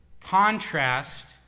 contrast